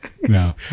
No